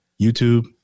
YouTube